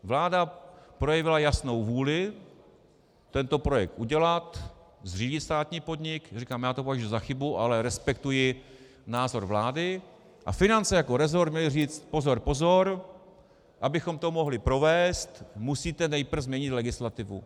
Vláda projevila jasnou vůli tento projekt udělat, zřídit státní podnik říkám, já to považuji za chybu, ale respektuji názor vlády a finance jako rezort měly říct pozor, pozor, abychom to mohli provést, musíte nejprve změnit legislativu.